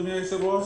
אדוני היושב-ראש,